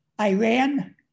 Iran